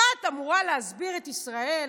אחת אמורה להסביר את ישראל,